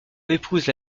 épouse